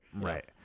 Right